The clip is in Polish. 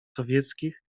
sowieckich